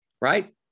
right